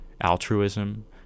Altruism